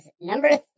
number